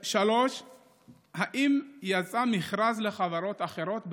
3. האם יצא מכרז לחברות אחרות,